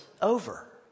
over